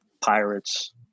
Pirates